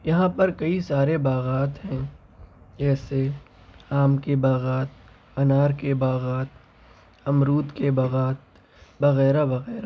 یہاں پر کئی سارے باغات ہیں جیسے آم کے باغات انار کے باغات امرود کے باغات وغیرہ وغیرہ